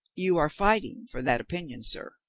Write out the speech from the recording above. you are fighting for that opinion, sir.